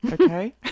okay